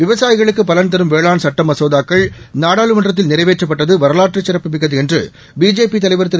விவசாயிகளுக்குபலன்தரும்வேளாண்சட்டமசோதாக்கள் நாடாளுமன்றத்தில்நிறைவேற்றப்பட்டதுவரலாற்றுசிறப்புமிக் கதுஎன்றுபிஜேபிதலைவர்திரு